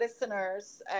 listeners